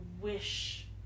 wish